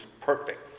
perfect